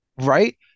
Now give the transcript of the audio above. Right